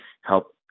help